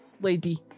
lady